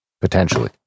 potentially